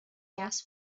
gas